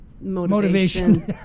motivation